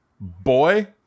boy